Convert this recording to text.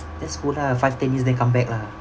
just go lah five ten years then come back lah